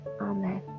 amen